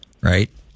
right